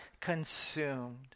consumed